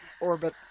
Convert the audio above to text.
orbit